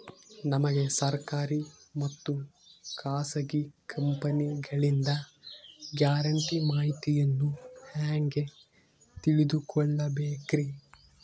ನಮಗೆ ಸರ್ಕಾರಿ ಮತ್ತು ಖಾಸಗಿ ಕಂಪನಿಗಳಿಂದ ಗ್ಯಾರಂಟಿ ಮಾಹಿತಿಯನ್ನು ಹೆಂಗೆ ತಿಳಿದುಕೊಳ್ಳಬೇಕ್ರಿ?